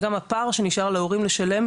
וגם הפער שנשאר להורים לשלם,